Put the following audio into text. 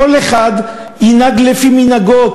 כל אחד ינהג לפי מנהגו,